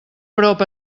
prop